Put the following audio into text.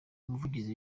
umuvugizi